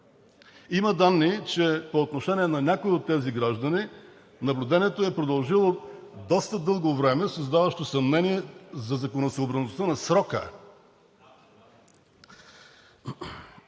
Има данни, че по отношение на някои от тези граждани наблюдението е продължило доста дълго време, създаващо съмнения за законосъобразността на срока.